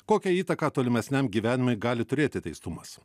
kokią įtaką tolimesniam gyvenimui gali turėti teistumas